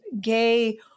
gay